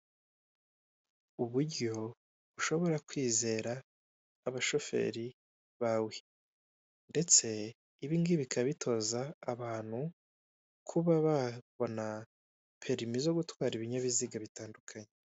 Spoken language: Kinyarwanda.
Uburyo ushoboye kwizera abashoferi bawe, ndetse ibi ngibi bikaba bitoza abantu kuba babona perimi zo gutwara ibinyabiziga bitandukanye.